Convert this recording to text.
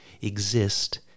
exist